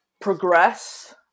progress